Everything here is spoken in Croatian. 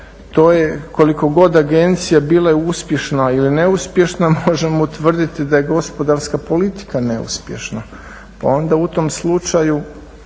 to je koliko god agencije bile uspješne ili neuspješne, možemo utvrditi da je gospodarska politika neuspješna pa onda u tom slučaju